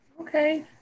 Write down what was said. Okay